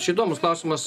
čia įdomus klausimas